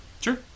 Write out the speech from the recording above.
Sure